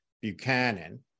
Buchanan